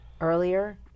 earlier